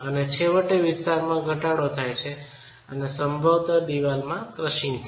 છેવટે વિસ્તારમાં ઘટાડો થાય છે અને સંભવત દિવાલમાં ક્રશિંગ થાય છે